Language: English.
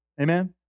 Amen